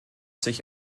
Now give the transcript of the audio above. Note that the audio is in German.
sich